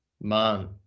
man